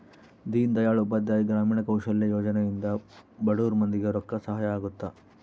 ದೀನ್ ದಯಾಳ್ ಉಪಾಧ್ಯಾಯ ಗ್ರಾಮೀಣ ಕೌಶಲ್ಯ ಯೋಜನೆ ಇಂದ ಬಡುರ್ ಮಂದಿ ಗೆ ರೊಕ್ಕ ಸಹಾಯ ಅಗುತ್ತ